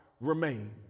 remain